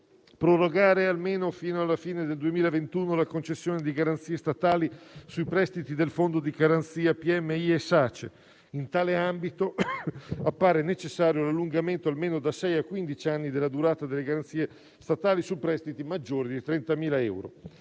prorogare almeno fino alla fine del 2021 la concessione di garanzie statali sui prestiti del fondo di garanzia PMI e Sace e, in tale ambito, appare necessario l'allungamento almeno da sei a quindici anni della durata delle garanzie statali su prestiti maggiori di 30.000 euro.